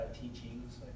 teachings